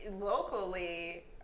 locally